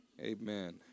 Amen